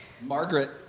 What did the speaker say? margaret